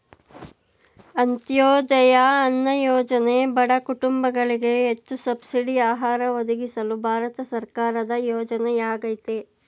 ಅಂತ್ಯೋದಯ ಅನ್ನ ಯೋಜನೆ ಬಡ ಕುಟುಂಬಗಳಿಗೆ ಹೆಚ್ಚು ಸಬ್ಸಿಡಿ ಆಹಾರ ಒದಗಿಸಲು ಭಾರತ ಸರ್ಕಾರದ ಯೋಜನೆಯಾಗಯ್ತೆ